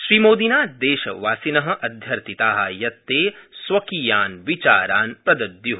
श्रीमोदीना देशवासिन अध्यर्थिता यत् ते स्वकीयान् विचारान् प्रदद्यु